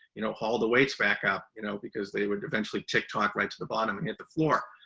you know, haul the weights back up, you know, because they would eventually tick tock right to the bottom and hit the floor.